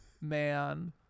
man